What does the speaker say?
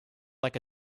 like